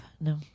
No